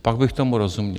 Pak bych tomu rozuměl.